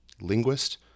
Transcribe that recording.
linguist